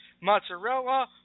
mozzarella